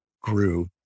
grew